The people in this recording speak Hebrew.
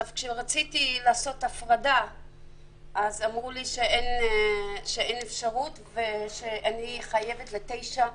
כשרציתי לעשות הפרדה אמרו לי שאין אפשרות ושאני חייבת ל-9 בנקים.